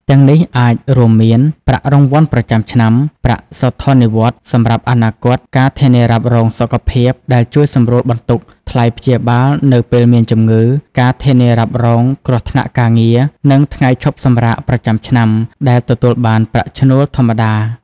ទាំងនេះអាចរួមមានប្រាក់រង្វាន់ប្រចាំឆ្នាំ ប្រាក់សោធននិវត្តន៍សម្រាប់អនាគត ការធានារ៉ាប់រងសុខភាពដែលជួយសម្រួលបន្ទុកថ្លៃព្យាបាលនៅពេលមានជំងឺ ការធានារ៉ាប់រងគ្រោះថ្នាក់ការងារ និងថ្ងៃឈប់សម្រាកប្រចាំឆ្នាំ ដែលទទួលបានប្រាក់ឈ្នួលធម្មតា។